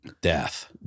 death